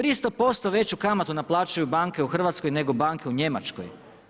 300% veću kamatu naplaćuju banke u Hrvatskoj nego banke u Njemačkoj.